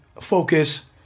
focus